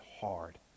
hard